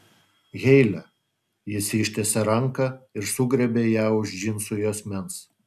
heile jis ištiesė ranką ir sugriebė ją už džinsų juosmens